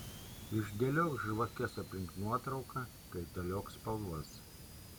išdėliok žvakes aplink nuotrauką kaitaliok spalvas